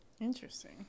Interesting